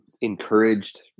encouraged